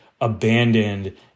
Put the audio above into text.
abandoned